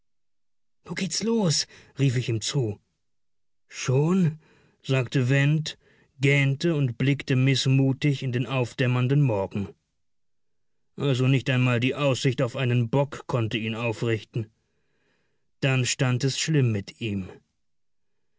nu geht's los rief ich ihm zu schon sagte went gähnte und blickte mißmutig in den aufdämmernden morgen also nicht einmal die aussicht auf einen bock konnte ihn aufrichten dann stand es schlimm mit ihm